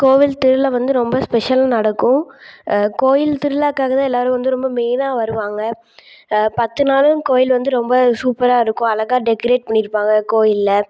கோவில் திருவிழா வந்து ரொம்ப ஸ்பெஷல் நடக்கும் கோயில் திருவிழாக்காகத்தான் எல்லாேரும் வந்து ரொம்ப மெயினாக வருவாங்க பத்து நாளும் கோயில் வந்து ரொம்ப சூப்பராகயிருக்கும் அழகா டெக்கரேட் பண்ணியிருப்பாங்க கோயிலில்